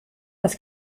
das